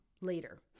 later